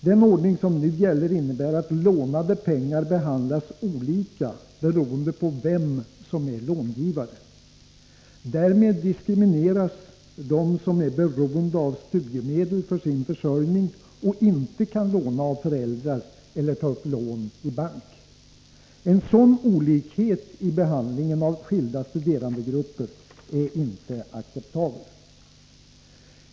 Den ordning som nu gäller innebär att lånade pengar behandlas olika, beroende på vem som är långivare. Därmed diskrimineras de som är beroende av studiemedel för sin försörjning och inte kan låna av föräldrar eller ta upp lån i bank. En sådan olikhet i behandlingen av skilda studerandegrupper är inte acceptabel.